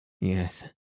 yes